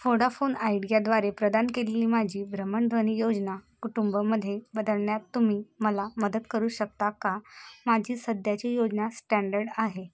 Vodafone आयडियाद्वारे प्रदान केलेली माझी भ्रमणध्वनी योजना कुटुंबमध्ये बदलण्यात तुम्ही मला मदत करू शकता का माझी सध्याची योजना स्टँडर्ड आहे